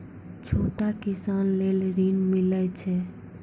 छोटा किसान लेल ॠन मिलय छै?